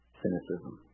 cynicism